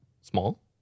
Small